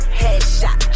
headshot